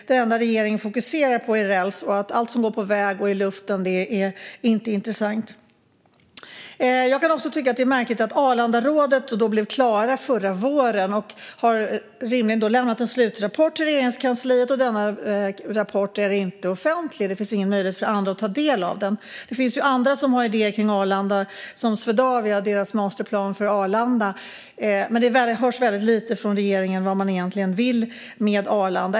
Det enda regeringen fokuserar på är räls; allt som går på väg och i luften är ointressant. Jag kan också tycka att det är märkligt att Arlandarådet blev klart förra våren. Man har rimligen lämnat en slutrapport till Regeringskansliet, men denna rapport är inte offentlig. Det finns ingen möjlighet för andra att ta del av den. Det finns andra som har idéer kring Arlanda, till exempel Swedavia med sin masterplan för Arlanda, men det hörs väldigt lite från regeringen om vad man egentligen vill med Arlanda.